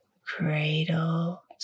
cradle